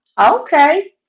Okay